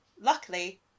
Luckily